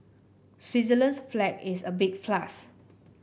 Switzerland's flag is a big plus